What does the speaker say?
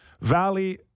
Valley